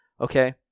Okay